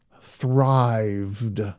thrived